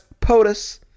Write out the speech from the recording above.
POTUS